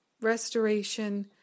restoration